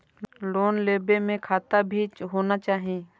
Loan लेबे में खाता भी होना चाहि?